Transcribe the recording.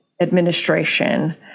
administration